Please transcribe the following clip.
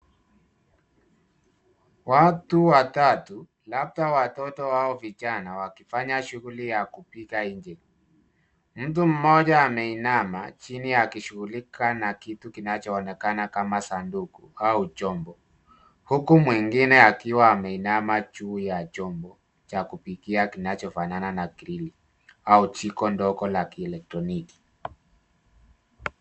Watu watatu labda watoto au vijana, wakifanya shughuli ya kupika nje. Mtu mmoja ameinama chini akishughulika na kitu kinachoonekana kama sanduku au chombo. Huku mwingine akiwa ameinama juu ya chombo cha kupikia kinachofanana na grill au jiko ndogo la kielektroniki.